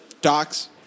Doc's